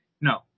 No